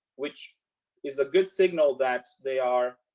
which is a good signal that they are,